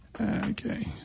Okay